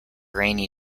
rainy